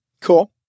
Cool